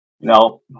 No